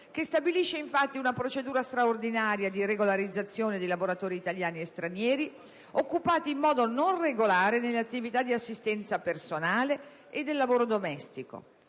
che stabilisce, infatti, una procedura straordinaria di regolarizzazione di lavoratori italiani e stranieri occupati in modo non regolare nelle attività di assistenza personale e del lavoro domestico.